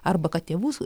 arba kad tėvus